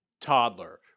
toddler